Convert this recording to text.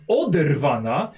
oderwana